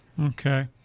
Okay